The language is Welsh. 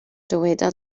dyweda